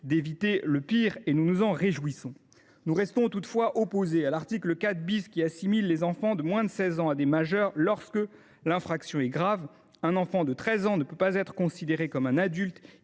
d’éviter le pire, et nous nous en réjouissons. Nous restons toutefois opposés à l’article 4 , qui assimile les enfants de moins de 16 ans à des majeurs lorsque l’infraction est grave. Un enfant de 13 ans ne peut pas être considéré comme un adulte